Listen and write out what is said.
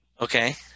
Okay